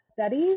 studies